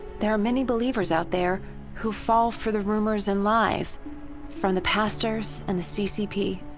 there are many believers out there who fall for the rumors and lies from the pastors and the ccp.